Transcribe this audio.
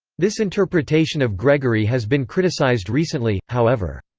this interpretation of gregory has been criticized recently, however.